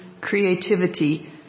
creativity